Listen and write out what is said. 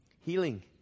Healing